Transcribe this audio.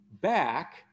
back